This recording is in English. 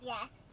Yes